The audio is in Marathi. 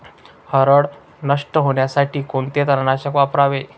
हरळ नष्ट होण्यासाठी कोणते तणनाशक वापरावे?